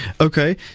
Okay